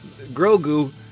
Grogu